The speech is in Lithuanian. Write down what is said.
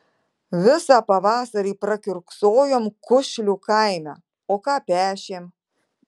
visą pavasarį prakiurksojom kušlių kaime o ką pešėm